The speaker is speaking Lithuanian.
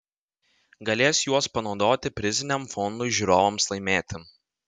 galės juos panaudoti priziniam fondui žiūrovams laimėti